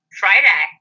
friday